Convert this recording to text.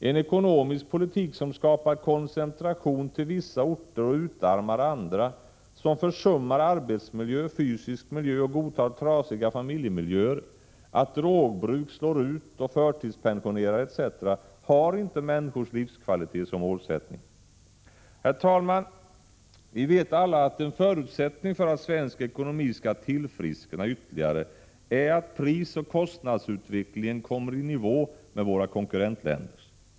En ekonomisk politik som skapar koncentration till vissa orter och utarmar andra, som försummar arbetsmiljö, fysisk miljö och godtar trasiga familjemiljöer, att drogbruk slår ut och förtidspensionerar etc., har inte människors livskvalitet som målsättning. Herr talman! Vi vet alla att en förutsättning för att svensk ekonomi skall tillfriskna ytterligare är att prisoch kostnadsutvecklingen kommer i nivå med våra konkurrentländers.